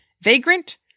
Vagrant